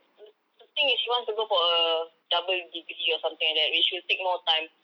the the thing is that he wants to go for a double degree or something like that which will take more time